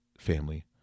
Family